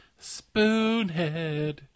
Spoonhead